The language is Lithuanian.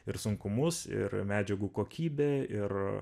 ir sunkumus ir medžiagų kokybė ir